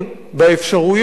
באפשרויות,